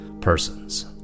persons